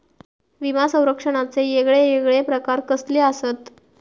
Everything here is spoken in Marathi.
विमा सौरक्षणाचे येगयेगळे प्रकार कसले आसत?